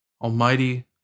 Almighty